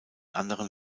anderen